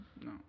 No